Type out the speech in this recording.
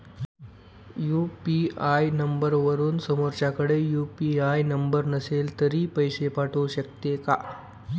UPI नंबरवरून समोरच्याकडे UPI number नसेल तरी पैसे पाठवू शकते का?